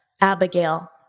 Abigail